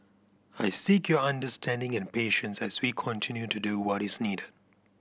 I seek your understanding and patience as we continue to do what is needed